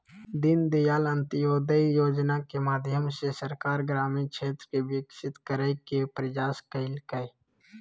दीनदयाल अंत्योदय योजना के माध्यम से सरकार ग्रामीण क्षेत्र के विकसित करय के प्रयास कइलके